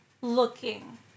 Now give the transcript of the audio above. looking